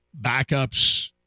backups